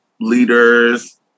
leaders